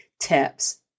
tips